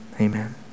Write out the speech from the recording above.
amen